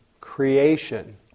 creation